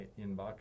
inbox